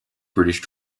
british